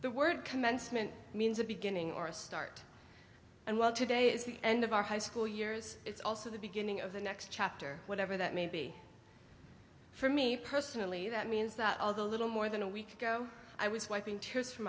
the word commencement means a beginning or a start and well today is the end of our high school years it's also the beginning of the next chapter whatever that may be for me personally that means that although a little more than a week ago i was wiping tears from